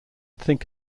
think